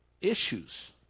issues